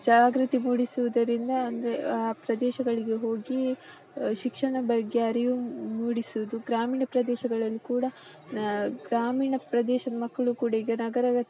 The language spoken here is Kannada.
ಜಾಗೃತಿ ಮೂಡಿಸುವುದರಿಂದ ಅಂದರೆ ಆ ಪ್ರದೇಶಗಳಿಗೆ ಹೋಗಿ ಶಿಕ್ಷಣ ಬಗ್ಗೆ ಅರಿವು ಮೂಡಿಸುವುದು ಗ್ರಾಮೀಣ ಪ್ರದೇಶಗಳಲ್ಲಿ ಕೂಡ ಗ್ರಾಮೀಣ ಪ್ರದೇಶದ ಮಕ್ಕಳು ಕೂಡ ಈಗ ನಗರ